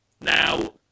Now